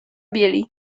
bieli